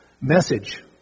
message